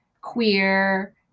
queer